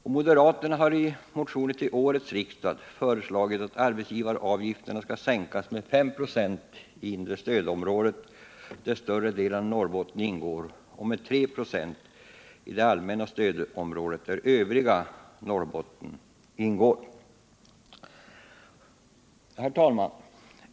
Vi moderater har i motioner till årets riksdag föreslagit att arbetsgivaravgifterna skall sänkas med 5 94 i inre stödområdet, där större delen av Norrbotten ingår, och med 3 96 i allmänna stödområdet, där övriga Norrbotten ingår. Herr talman!